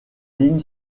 ligne